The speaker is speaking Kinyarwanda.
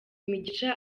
imigisha